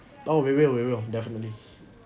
oh we will we will definitely